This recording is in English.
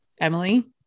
Emily